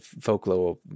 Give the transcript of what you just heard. folklore